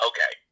Okay